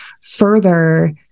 further